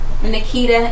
Nikita